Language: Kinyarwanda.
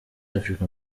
africa